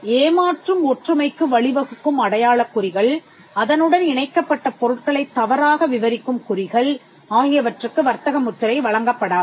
ஏமாற்றும் ஒற்றுமைக்கு வழிவகுக்கும் அடையாளக் குறிகள் அதனுடன் இணைக்கப்பட்ட பொருட்களைத் தவறாக விவரிக்கும் குறிகள் ஆகியவற்றுக்கு வர்த்தக முத்திரை வழங்கப்படாது